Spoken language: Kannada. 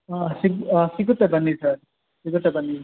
ಹಾಂ ಸಿಗು ಹಾಂ ಸಿಗುತ್ತೆ ಬನ್ನಿ ಸರ್ ಸಿಗುತ್ತೆ ಬನ್ನಿ